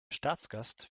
staatsgast